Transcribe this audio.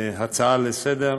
בהצעה לסדר-היום,